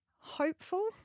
Hopeful